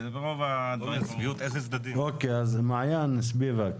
אז מעין ספיבק,